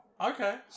Okay